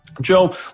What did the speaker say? Joe